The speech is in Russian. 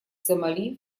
сомали